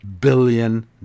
billion